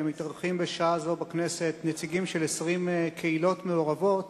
בשעה זו מתארחים בכנסת נציגים של 20 קהילות מעורבות